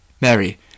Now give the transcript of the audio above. Mary